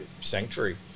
sanctuary